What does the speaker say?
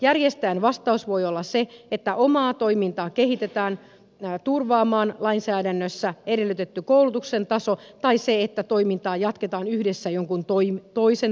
järjestäjän vastaus voi olla se että omaa toimintaa kehitetään turvaamaan lainsäädännössä edellytetty koulutuksen taso tai se että toimintaa jatketaan yhdessä jonkun toisen toimijan kanssa